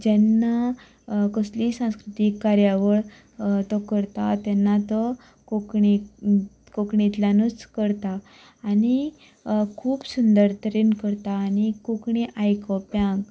जेन्ना कसलीय सांस्कृतीक कार्यावळ तो करता तेन्ना तो कोंकणी कोंकणींतल्यानूच करता आनी खूब सुंदर तरेन करता आनी कोंकणी आयकूप्यांक